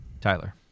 tyler